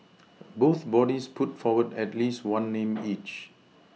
both bodies put forward at least one name each